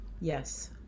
Yes